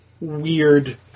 weird